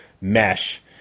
mesh